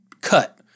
cut